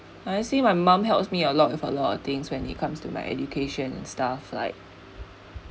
I see my mum helps me a lot with a lot of things when it comes to my education and stuff like